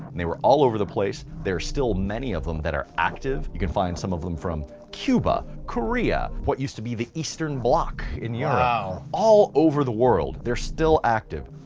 and they were all over the place. there are still many of them that are active. you can find some of them from cuba, korea, what used to be the eastern block in europe. wow. all over the world, they're still active.